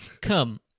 Come